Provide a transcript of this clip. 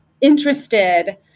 interested